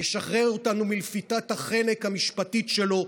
ישחרר אותנו מלפיתת החנק המשפטית שלו,